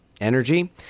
energy